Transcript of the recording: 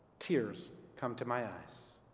tears come to my eyes.